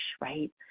right